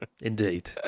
Indeed